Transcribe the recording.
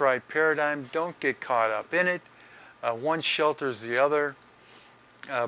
right paradigm don't get caught up in it one shelters the other